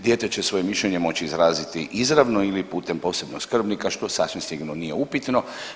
Dijete će svoje mišljenje moći izraziti izravno ili putem posebnog skrbnika što sasvim sigurno nije upitno.